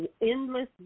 Endless